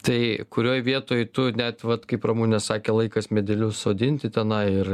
tai kurioj vietoj tu net vat kaip ramunė sakė laikas medelius sodinti tenai ir